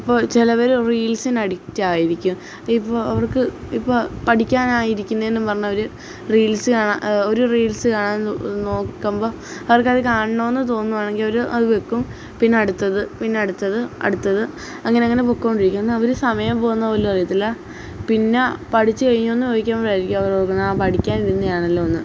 അപ്പോൾ ചിലവര് റീൽസിനഡിക്റ്റായിരിക്കും ഇപ്പോള് അവർക്ക് ഇപ്പോള് പഠിക്കാനായിരിക്കുന്നേന്നും പറഞ്ഞ് അവര് റീൽസ് കാണാൻ ഒരു റീൽസ് കാണാൻ നോക്കുമ്പോള് അവർക്കത് കാണണമെന്നു തോന്നുവാണെങ്കില് അവര് അത് വയ്ക്കും പിന്നെ അടുത്തത് പിന്നെ അടുത്തത് അടുത്തത് അങ്ങനങ്ങനെ പൊയ്ക്കോണ്ടിരിക്കും എന്നാല് അവര് സമയം പോകുന്നതുപോലും അറിയത്തില്ല പിന്നാ പഠിച്ചുകഴിഞ്ഞോന്ന് ചോദിക്കുമ്പോഴായിരിക്കും അവരോര്ക്കുന്നത് ആ പഠിക്കാനിരുന്നതാണല്ലോ എന്ന്